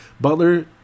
Butler